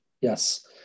yes